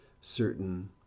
certain